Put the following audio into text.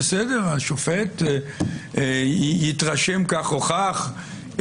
השופט יתרשם כך או כך,